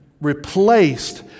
replaced